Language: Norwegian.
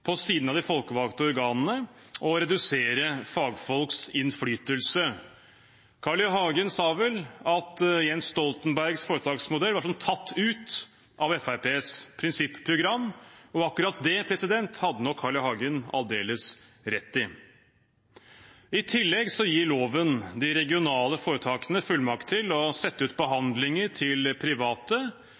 på siden av de folkevalgte organene og for å redusere fagfolks innflytelse. Carl I. Hagen sa vel at Jens Stoltenbergs foretaksmodell var som tatt ut av Fremskrittspartiets prinsipprogram. Akkurat det hadde nok Carl I. Hagen aldeles rett i. I tillegg gir loven de regionale foretakene fullmakt til å sette ut behandlinger til private,